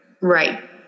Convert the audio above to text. Right